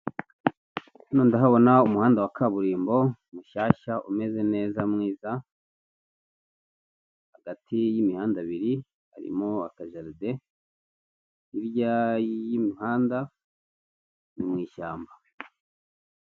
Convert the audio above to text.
Hano ndahabona umuhanda wa kaburimbo mushyashya umeze neza mwiza, hagati y'imihanda ibiri harimo akajaride, hirya y'imihanda ni mu ishyamba.